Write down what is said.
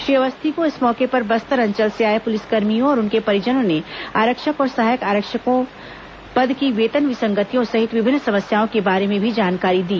श्री अवस्थी को इस मौके पर बस्तर अंचल से आए पुलिसकर्मियों और उनके परिजनों ने आरक्षक और सहायक आरक्षकों पद की वेतन विसंगतियों सहित विभिन्न समस्याओं के बारे में भी जानकारी दी